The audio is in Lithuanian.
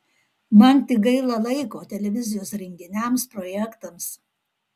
man tik gaila laiko televizijos renginiams projektams